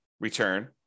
return